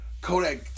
Kodak